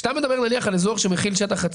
בסוף יש לנו כאן חברה שרשאית להשתמש